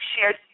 shared